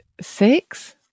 six